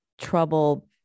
trouble